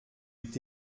eut